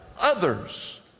others